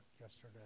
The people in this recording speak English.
yesterday